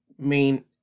main